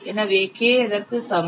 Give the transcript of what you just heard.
எனவே K எதற்கு சமம்